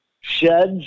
sheds